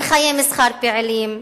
אין חיי מסחר פעילים,